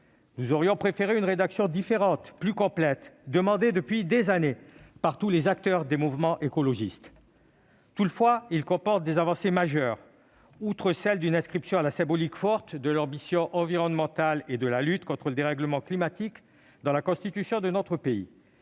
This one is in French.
Nous aurions préféré une rédaction différente, plus complète, laquelle est demandée depuis des années par tous les acteurs des mouvements écologistes. Toutefois, il comporte des avancées majeures. Outre l'inscription à la symbolique forte de l'ambition environnementale et de la lutte contre le dérèglement climatique dans la Constitution de notre pays,